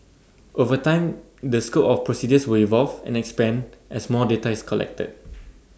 over time the scope of procedures will evolve and expand as more data is collected